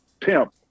Pimp